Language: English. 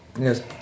Yes